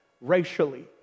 racially